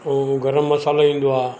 पोइ गरम मसालो ईंदो आहे